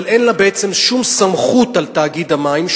אבל אין להן שום סמכות על תאגיד המים,